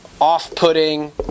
off-putting